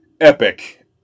epic